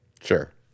sure